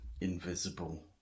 invisible